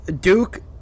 Duke